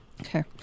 Okay